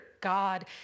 God